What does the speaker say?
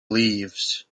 leaves